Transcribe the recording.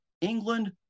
England